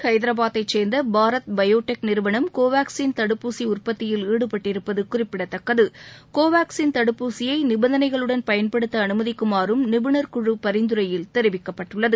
ஐதரபாத்தை சேர்ந்த பாரத் பயோடெக் நிறுவனம் கோவாக்சின் தடுப்பூசி உற்பத்தியில் ஈடுபட்டிருப்பது குறிப்பிடத்தக்கது கோவாக்சின் தடுப்பூசியை நிபந்தனைகளுடன் பயன்படுத்த அனுமதிக்குமாறும் நிபுணா்குழு பரிந்துரையில் தெரிவிக்கப்பட்டுள்ளது